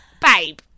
Babe